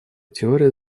теория